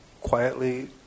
quietly